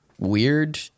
weird